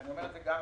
אני אומר את זה גם